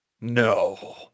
No